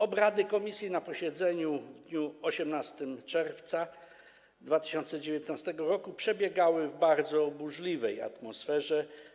Obrady komisji na posiedzeniu w dniu 18 czerwca 2019 r. przebiegały w bardzo burzliwej atmosferze.